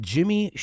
Jimmy